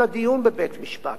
ביטול זכויות הערעור.